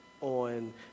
on